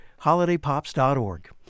HolidayPops.org